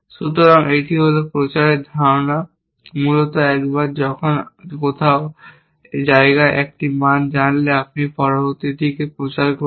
সুতরাং এটি হল প্রচারের ধারণা মূলত একবার আপনি যখন কোনও জায়গায় একটি মান জানলে আপনি পরবর্তীটিতে প্রচার করেছেন